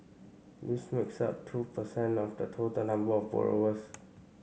this makes up two per cent of the total number of borrowers